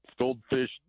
goldfish